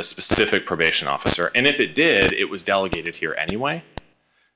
the specific probation officer and if it did it was delegated here anyway